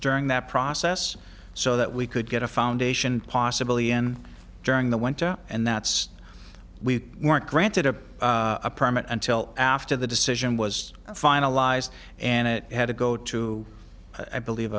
during that process so that we could get a foundation possible during the winter and that's we weren't granted a permit until after the decision was finalized and it had to go to i believe